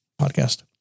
podcast